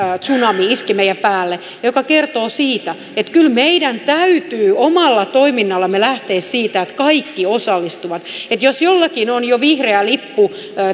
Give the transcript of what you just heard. taloustsunami iski meidän päällemme ja se kertoo siitä että kyllä meidän täytyy omalla toiminnallamme lähteä siitä että kaikki osallistuvat jos jollakin on jo vihreä lippu